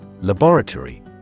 Laboratory